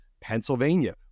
Pennsylvania